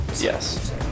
Yes